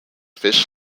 fish